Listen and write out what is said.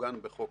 יעוגן בחוק